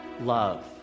love